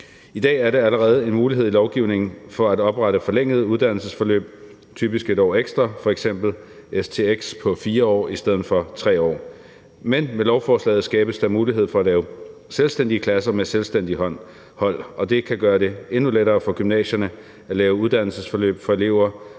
I dag er det allerede en mulighed i lovgivningen at oprette forlængede uddannelsesforløb, typisk et år ekstra, f.eks. stx på 4 år i stedet for 3 år. Men med lovforslaget skabes der mulighed for at lave selvstændige klasser med selvstændige hold, og det kan gøre det endnu lettere for gymnasierne at lave uddannelsesforløb for elever,